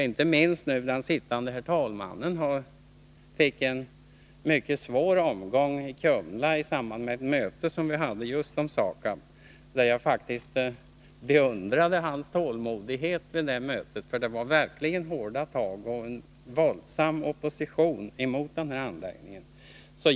Inte minst den sittande herr talmannen fick en mycket svår omgång i samband med ett möte som vi hade i Kumla om just SAKAB. Jag beundrade hans tålmodighet vid det tillfället; det var verkligen hårda tag och en våldsam opposition mot anläggningen.